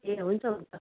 ए हुन्छ हुन्छ